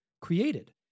created